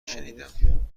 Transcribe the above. شنیدم